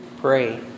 pray